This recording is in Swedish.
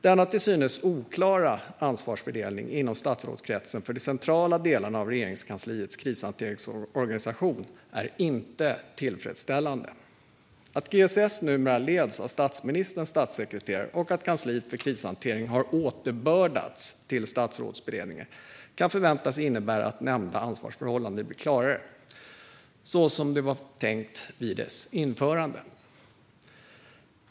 Denna till synes oklara ansvarsfördelning inom statsrådskretsen för de centrala delarna av Regeringskansliets krishanteringsorganisation är inte tillfredsställande. Att GSS numera leds av statsministerns statssekreterare och att kansliet för krishantering har återbördats till Statsrådsberedningen kan förväntas innebära att nämnda ansvarsförhållanden blir klarare, så som det var tänkt vid införandet.